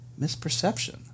misperception